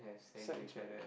sex right